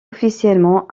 officiellement